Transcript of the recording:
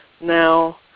now